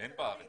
בארצות הברית.